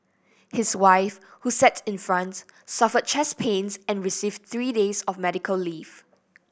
his wife who sat in front suffered chest pains and received three days of medical leave